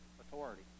authority